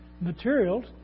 materials